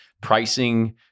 pricing